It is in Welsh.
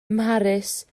mharis